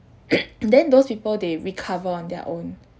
then those people they recover on their own